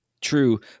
True